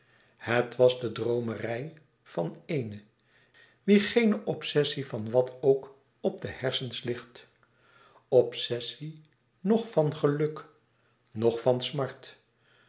het was de droomerij van eene wie geene obsessie louis couperus extaze een boek van geluk van wat ook op de hersens ligt obsessie noch van geluk noch van smart